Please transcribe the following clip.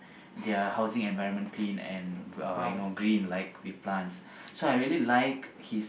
their are housing environment clean and uh you know green like with plants so I really like his